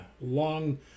long